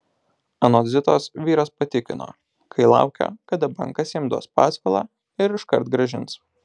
anot zitos vyras patikino kai laukia kada bankas jam duos paskolą ir iškart grąžins